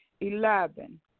Eleven